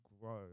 grow